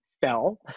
fell